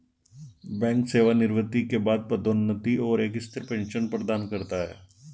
bank सेवानिवृत्ति के बाद पदोन्नति और एक स्थिर पेंशन प्रदान करता है